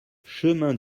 chemin